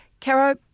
Caro